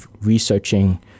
researching